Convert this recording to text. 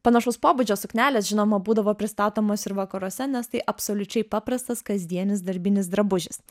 panašaus pobūdžio suknelės žinoma būdavo pristatomos ir vakaruose nes tai absoliučiai paprastas kasdienis darbinis drabužis